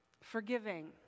Forgiving